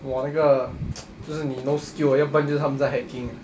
!wah! 那个 就是你 no skill ah 要不然就是他们在 hacking